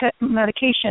medication